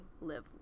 live